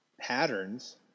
patterns